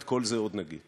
את כל זה עוד נגיד.